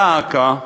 דא עקא,